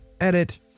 Edit